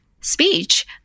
speech